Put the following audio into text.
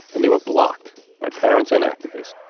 and they were blocked by parents and activists.